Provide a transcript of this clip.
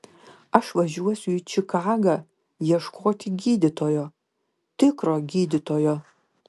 aš važiuosiu į čikagą ieškoti gydytojo tikro gydytojo